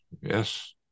yes